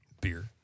beer